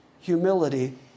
humility